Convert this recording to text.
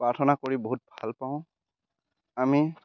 প্ৰাৰ্থনা কৰি বহুত ভাল পাওঁ আমি